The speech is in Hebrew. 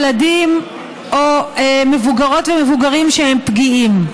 ילדים או מבוגרות ומבוגרים שהם פגיעים.